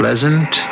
Pleasant